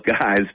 guys